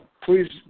Please